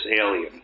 alien